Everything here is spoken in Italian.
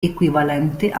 equivalente